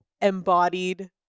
embodied